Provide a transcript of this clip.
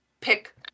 pick